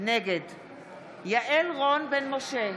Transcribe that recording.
נגד יעל רון בן משה,